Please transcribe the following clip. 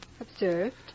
Observed